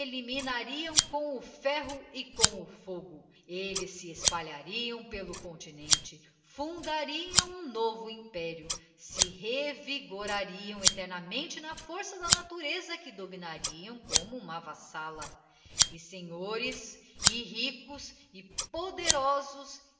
eliminariam com o ferro e com o fogo elles se espalhariam pelo continente fundariam um novo império se revigorariam eternamente na força da natureza que dominariam como uma vassalla e senhores e ricos e poderosos